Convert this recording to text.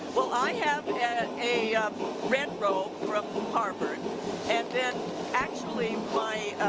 well i have a red robe robe from harvard and then actually my